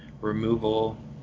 removal